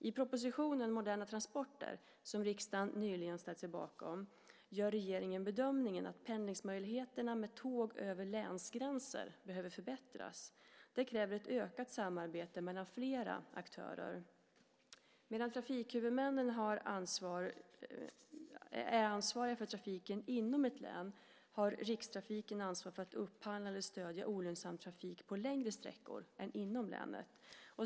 I propositionen Moderna transporter , som riksdagen nyligen ställt sig bakom, gör regeringen bedömningen att pendlingsmöjligheterna med tåg över länsgränser behöver förbättras. Det kräver ett ökat samarbete mellan flera aktörer. Medan trafikhuvudmännen är ansvariga för trafiken inom ett län, har Rikstrafiken ansvar för att upphandla eller stödja olönsam trafik på längre sträckor än inom länet.